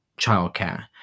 childcare